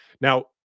Now